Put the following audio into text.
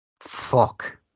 fuck